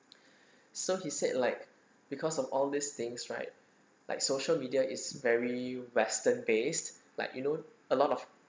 so he said like because of all these things right like social media is very western based like you know a lot of